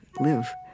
live